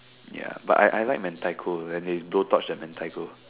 ya but I I I like mentaiko when they blowtorch the mentaiko